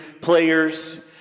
players